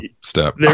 step